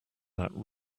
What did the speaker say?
that